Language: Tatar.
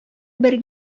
бер